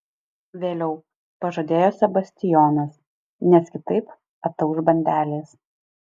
vėliau pažadėjo sebastijonas nes kitaip atauš bandelės